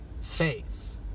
faith